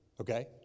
Okay